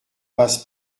passe